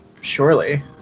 Surely